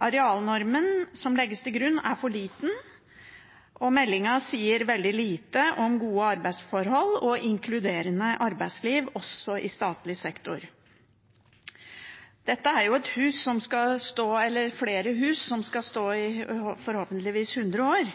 Arealnormen som legges til grunn, er for liten, og meldingen sier veldig lite om gode arbeidsforhold og inkluderende arbeidsliv også i statlig sektor. Dette er flere hus som skal stå i forhåpentligvis 100 år,